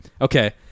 Okay